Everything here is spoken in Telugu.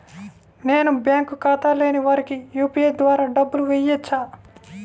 నేను బ్యాంక్ ఖాతా లేని వారికి యూ.పీ.ఐ ద్వారా డబ్బులు వేయచ్చా?